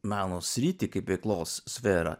meno sritį kaip veiklos sferą